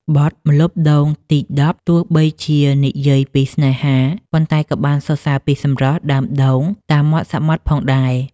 បទ «ម្លប់ដូងទីដប់» ទោះបីជានិយាយពីស្នេហា ប៉ុន្តែក៏បានសរសើរពីសម្រស់ដើមដូងតាមមាត់សមុទ្រផងដែរ។